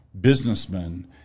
businessmen